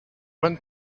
when